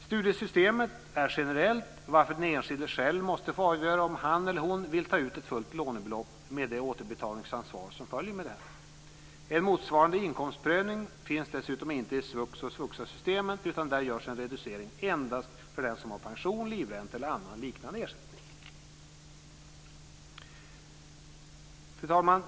Studiestödssystemet är generellt, varför den enskilde själv måste få avgöra om han eller hon vill ta ut ett fullt lånebelopp med det återbetalningsansvar som följer med detta. En motsvarande inkomstprövning finns dessutom inte i svux och svuxa-systemen, utan där görs en reducering endast för dem som har pension, livränta eller annan liknande ersättning. Fru talman!